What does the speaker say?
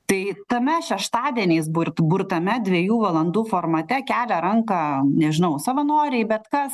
tai tame šeštadieniais burt burtame dviejų valandų formate kelia ranką nežinau savanoriai bet kas